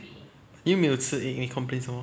你又没有吃 egg 你 complain 什么